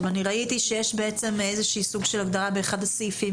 אני ראיתי שיש סוג של הגדרה באחד הסעיפים